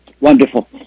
Wonderful